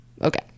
okay